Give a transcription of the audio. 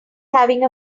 having